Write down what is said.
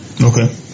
Okay